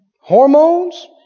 Hormones